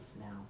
now